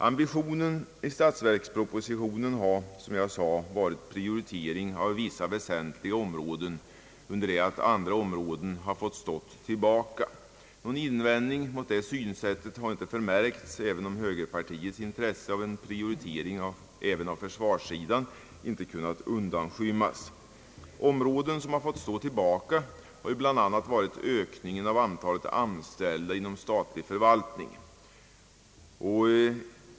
Ambitionen i statsverkspropositionen har, som jag sade, varit prioritering av vissa väsentliga områden, under det att andra områden har fått stå tillbaka. Någon invändning mot det synsättet har inte förmärkts, även om högerpartiets intresse för en prioritering även av försvarssidan inte har kunnat undanskymmas. Ett område som har fått stå tillbaka är bl.a. ökningen av antalet anställda inom statlig förvaltning.